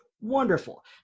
wonderful